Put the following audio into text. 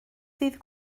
ddydd